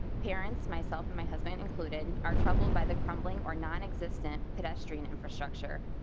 parents myself and has been included are troubled by the comely or nonexistent pedestrian infrastructure.